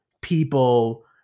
people